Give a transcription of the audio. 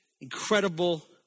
incredible